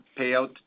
payout